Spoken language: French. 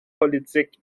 politique